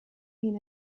been